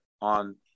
on